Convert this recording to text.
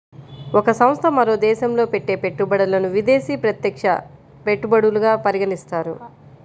ఒక సంస్థ మరో దేశంలో పెట్టే పెట్టుబడులను విదేశీ ప్రత్యక్ష పెట్టుబడులుగా పరిగణిస్తారు